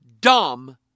dumb